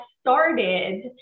started